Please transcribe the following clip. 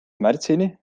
märtsini